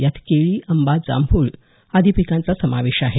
यात केळी आंबा जांभूळ आदी पिकांचा समावेश आहे